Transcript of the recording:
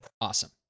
Awesome